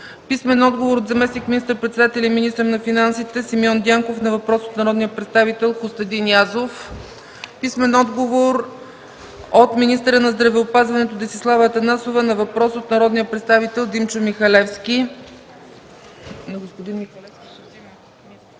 Атанасов; - от заместник министър-председателя и министър на финансите Симеон Дянков на въпрос от народния представител Костадин Язов; - от министъра на здравеопазването Десислава Атанасова на въпрос от народния представител Димчо Михалевски;